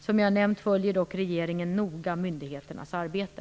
Som jag nämnt följer dock regeringen noga myndigheternas arbete.